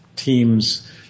teams